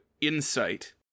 insight